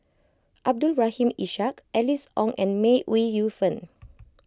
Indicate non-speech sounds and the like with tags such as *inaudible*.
Abdul Rahim Ishak Alice Ong and May Ooi Yu Fen *noise*